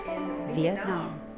Vietnam